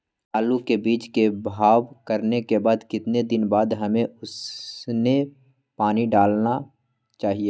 आलू के बीज के भाव करने के बाद कितने दिन बाद हमें उसने पानी डाला चाहिए?